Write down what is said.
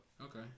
okay